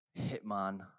hitman